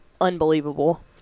unbelievable